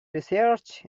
research